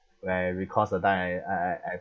where I recourse the time I I I I